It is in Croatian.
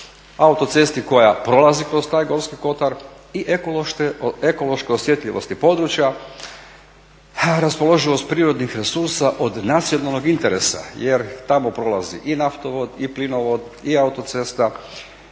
autocesti koja prolazi kroz taj Gorski Kotar i ekološke osjetljivosti područja, raspoloživost prirodnih resursa od nacionalnog interesa jer tamo prolazi i naftovod i plinovod i autocesta